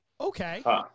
okay